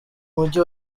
mujyi